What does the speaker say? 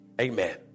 Amen